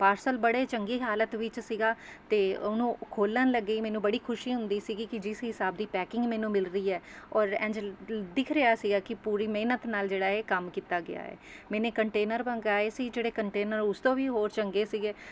parcel ਬੜੇ ਚੰਗੀ ਹਾਲਤ ਵਿੱਚ ਸੀਗਾ ਅਤੇ ਉਹਨੂੰ ਖੋਲ੍ਹਣ ਲੱਗੇ ਹੀ ਮੈਨੂੰ ਬੜੀ ਖੁਸ਼ੀ ਹੁੰਦੀ ਸੀਗੀ ਕਿ ਜਿਸ ਹਿਸਾਬ ਦੀ ਪੈਕਿੰਗ ਮੈਨੂੰ ਮਿਲ ਰਹੀ ਹੈ ਔਰ ਇੰਝ ਦਿਖ ਰਿਹਾ ਸੀਗਾ ਕਿ ਪੂਰੀ ਮਿਹਨਤ ਨਾਲ ਜਿਹੜਾ ਏ ਕੰਮ ਕੀਤਾ ਗਿਆ ਏ ਮੈਨੇ ਕੰਟੇਨਰ ਮੰਗਵਾਏ ਸੀ ਜਿਹੜੇ ਕੰਟੇਨਰ ਉਸ ਤੋਂ ਵੀ ਹੋਰ ਚੰਗੇ ਸੀਗੇ